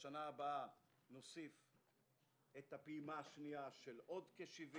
בשנה הבאה נוסיף את הפעימה השנייה של עוד כ-70,